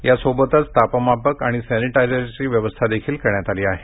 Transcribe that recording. यासोबतच तापमापक आणि सॅनिटायझरची व्यवस्था देखील करण्यात आली आहे